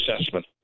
assessment